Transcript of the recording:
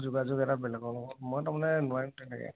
যোগাযোগ এটা বেলেগৰ লগত মই তাৰমানে নোৱাৰিম তেনেকৈ